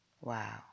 Wow